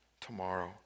tomorrow